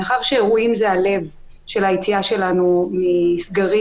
מאחר שאירועים זה הלב של היציאה שלנו מסגרים